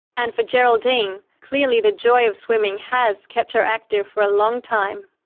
and for geraldine clearly the joy of swimming has kept her active for a long time.